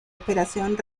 operación